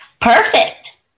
Perfect